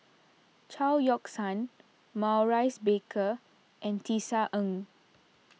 Chao Yoke San Maurice Baker and Tisa Ng